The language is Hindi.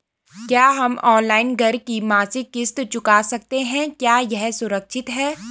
क्या हम ऑनलाइन घर की मासिक किश्त चुका सकते हैं क्या यह सुरक्षित है?